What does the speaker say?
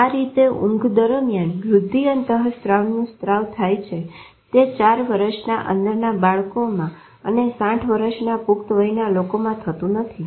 આ રીતે ઊંઘ દરમિયાન વૃદ્ધિ અંતસ્ત્રાવનું સ્ત્રાવ થાય છે તે 4 વર્ષના અંદર ના બાળકોમાં અને 60 વર્ષના પુખ્તવયના લોકોમાં થતું નથી